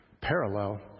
parallel